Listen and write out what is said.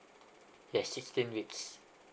yes sixteen weeks